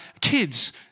kids